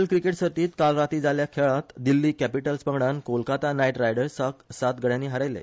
L cricket सर्तीत काल रातीं जाल्ल्या खेळांत दिल्ली कॅपीटल्स पंगडान कोलकाता नायट रायडर्साक सात गड्यानी हारयले